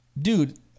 dude